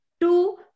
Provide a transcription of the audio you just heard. two